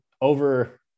over